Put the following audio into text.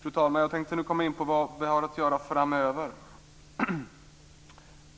Fru talman! Jag tänkte nu komma in på vad vi har att göra framöver.